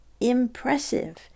impressive